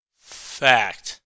Fact